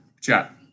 Chat